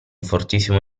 fortissimo